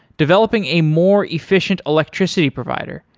developing a more efficient electricity provider,